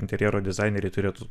interjero dizaineriai turėtų